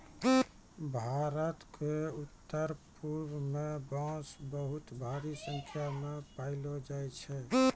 भारत क उत्तरपूर्व म बांस बहुत भारी संख्या म पयलो जाय छै